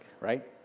right